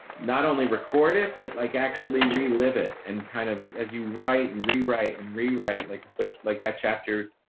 not only record it, but like actually relive it and kind of as you write and rewrite and rewrite it, like especially like that chapter,